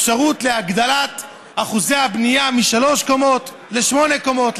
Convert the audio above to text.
אפשרות להגדלת אחוזי הבנייה משלוש קומות לשמונה קומות,